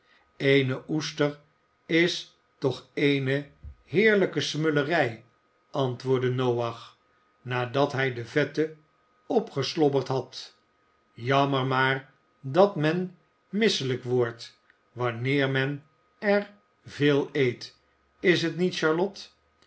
eene oester is toch eene heerlijke smullerij antwoordde noach nadat hij de vette opgeslobberd had jammer maar dat men misselijk wordt wanneer men er veel eet is t niet charlotte